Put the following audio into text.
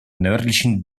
nördlichen